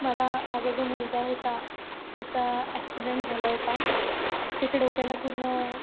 मला माझा जो मुलगा होता त्याचा ॲक्सिडंट झाला होता त्याच्या डोक्याला पूर्ण